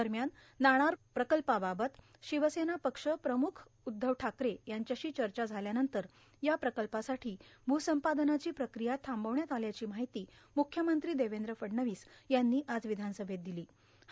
दरम्यान नाणार प्रकल्पाबाबत ाशवसेना पक्ष प्रम्ख उद्धव ठाकरे यांच्याशी चचा झाल्यानंतर या प्रकल्पासाठो भूसंपादनाची प्रक्रिया थांबवण्यात आल्याची मार्गाहती मुख्यमंत्री देवद्र फडणवीस यांनी आज ांवधानसभेत ांदलों